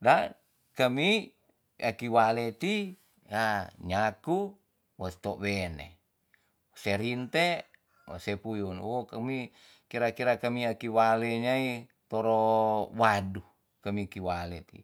da kami aki wale ti ya nyaku wes tou wene. se rinte we se puyun, wo kemi kira kira kemi aki wale nyai toro wandu kemi ki wale ti